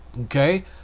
okay